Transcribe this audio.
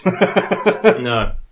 No